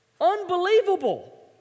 Unbelievable